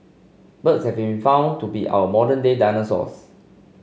birds have been found to be our modern day dinosaurs